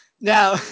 Now